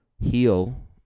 heal